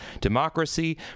democracy